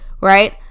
right